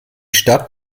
stadt